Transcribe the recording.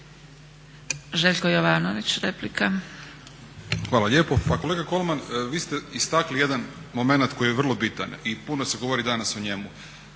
replika. **Jovanović, Željko (SDP)** Hvala lijepo. Pa kolega Kolman vi ste istakli jedan momenat koji je vrlo bitan i puno se govori danas o njemu.